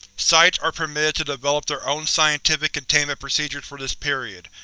sites are permitted to develop their own specific containment procedures for this period,